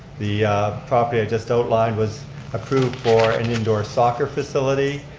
the property i just outlined was approved for an indoor soccer facility,